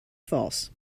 false